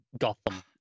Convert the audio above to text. Gotham